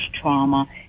trauma